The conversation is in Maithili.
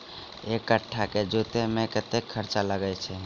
एक कट्ठा केँ जोतय मे कतेक खर्चा लागै छै?